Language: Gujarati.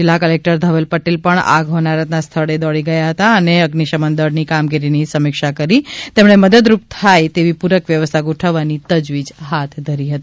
જિલ્લા કલેકટર ધવલ પટેલ આગ હોનારત ના સ્થળે દોડી ગયા હતા અને અઝિશમન દળ ની કામગીરી ની સમિક્ષા કરી તેમણે મદદરૂપ થાય તેવી પૂરક વ્યવસ્થા ગોઠવવાની તજવીજ હાથ ધરી હતી